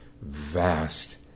vast